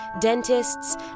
dentists